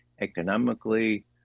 economically